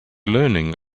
learning